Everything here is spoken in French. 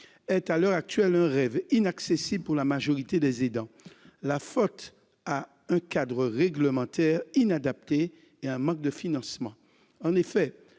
est, à l'heure actuelle, un rêve inaccessible pour la majorité des aidants. La faute en revient à un cadre réglementaire inadapté et à un manque de financements.